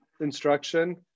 instruction